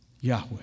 Yahweh